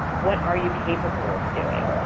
what are you capable of doing?